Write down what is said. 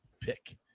Pick